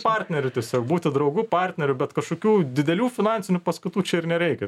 partneriu tiesiog būti draugu partneriu bet kažkokių didelių finansinių paskatų čia ir nereikia